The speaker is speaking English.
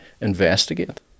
investigate